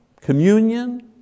communion